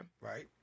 Right